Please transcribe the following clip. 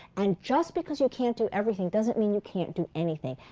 and just because you can't do everything doesn't mean you can't do anything.